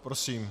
Prosím.